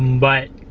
but